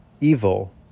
evil